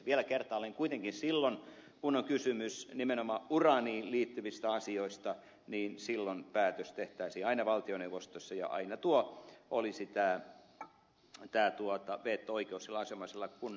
vielä kertaalleen kuitenkin silloin kun on kysymys nimenomaan uraaniin liittyvistä asioista päätös tehtäisiin aina valtioneuvostossa ja veto oikeus olisi aina asianomaisella kunnalla